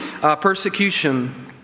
persecution